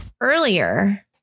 earlier